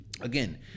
Again